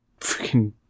freaking